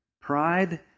pride